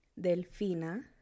Delfina